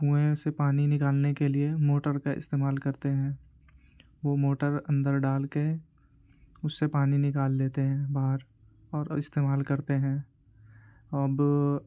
کنویں سے پانی نکالنے کے لیے موٹر کا استعمال کرتے ہیں وہ موٹر اندر ڈال کے اس سے پانی نکال لیتے ہیں باہر اور استعمال کرتے ہیں اب